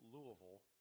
Louisville